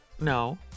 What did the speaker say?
No